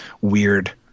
weird